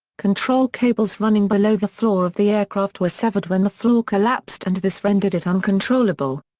control cables running below the floor of the aircraft were severed when the floor collapsed and this rendered it uncontrollable.